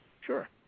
Sure